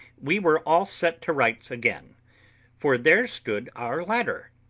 we were all set to rights again for there stood our ladder,